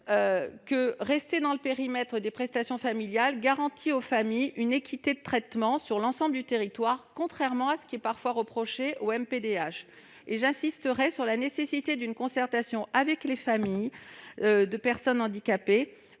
allocation dans le périmètre des prestations familiales garantirait aux familles une équité de traitement sur l'ensemble du territoire, contrairement à ce qui est parfois reproché aux MDPH. J'insiste en outre sur la nécessité d'une concertation avec les familles de personnes handicapées.